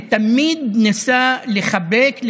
ותמיד ניסה לחבק,